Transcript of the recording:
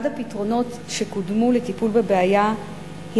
אחד הפתרונות שקודמו לטיפול בבעיה הוא